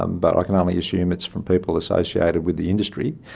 um but i can only assume it's from people associated with the industry.